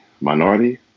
Minority